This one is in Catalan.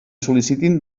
sol·licitin